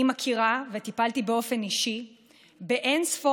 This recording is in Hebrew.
אני מכירה וטיפלתי באופן אישי באין-ספור